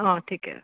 অঁ ঠিকে আছে